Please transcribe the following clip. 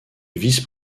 vice